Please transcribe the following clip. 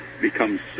becomes